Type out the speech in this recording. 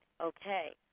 okay